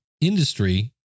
industry